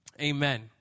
amen